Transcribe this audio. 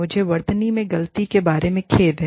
मुझे वर्तनी में गलती के बारे में खेद है